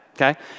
okay